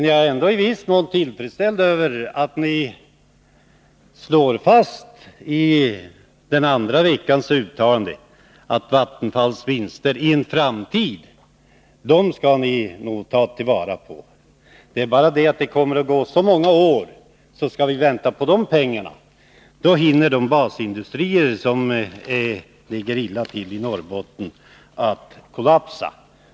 Jag är ändå i viss mån till freds med att ni i uttalandet från den andra veckan slår fast att ni skall ta vara på Vattenfalls vinster i framtiden. Men skall vi vänta på dessa pengar, kommer det att gå så många år att de basindustrier i Norrbotten som nu ligger illa till hinner kollapsa.